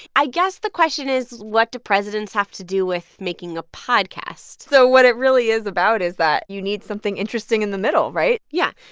i guess the question is, what do presidents have to do with making a podcast? so what it really is about is that you need something interesting in the middle, right? yeah,